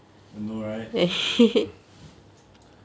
I know right